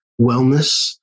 wellness